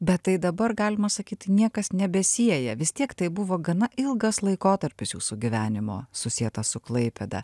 bet tai dabar galima sakyti niekas nebesieja vis tiek tai buvo gana ilgas laikotarpis jūsų gyvenimo susietas su klaipėda